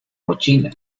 mochila